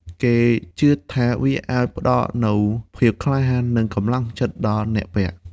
គេជឿថាវាអាចផ្ដល់នូវភាពក្លាហាន និងកម្លាំងចិត្តដល់អ្នកពាក់។